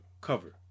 Cover